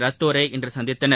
ரத்தோரை இன்று சந்தித்தனர்